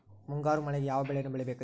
ಮುಂಗಾರು ಮಳೆಗೆ ಯಾವ ಬೆಳೆಯನ್ನು ಬೆಳಿಬೇಕ್ರಿ?